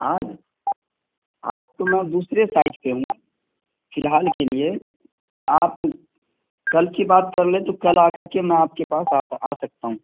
آج آج تو میں دوسرے سائٹ پہ ہوں فی الحال کے لیے آپ کل کی بات کر لیں تو کل آ کر کے میں آپ کے پاس آتا آ سکتا ہوں